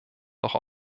doch